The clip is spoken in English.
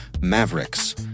Mavericks